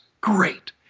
great